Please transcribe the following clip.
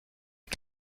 est